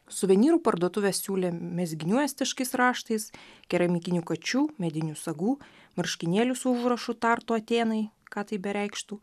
suvenyrų parduotuvės siūlė mezginių estiškais raštais keramikinių kačių medinių stogų marškinėlių su užrašu tartu atėnai ką tai bereikštų